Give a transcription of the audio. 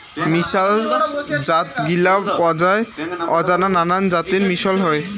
মিশাল জাতগিলা পরায় অজানা নানান জাতের মিশল হই